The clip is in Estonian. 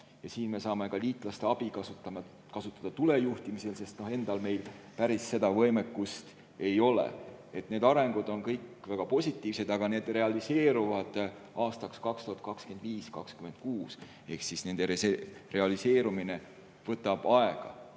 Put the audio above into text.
Me saame kasutada ka liitlaste abi tule juhtimisel, sest endal meil päris seda võimekust ei ole. Need arengud on kõik väga positiivsed, aga need realiseeruvad aastaks 2025–2026 ehk nende realiseerumine võtab aega. Aga